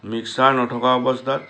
mixer নথকা অৱস্থাত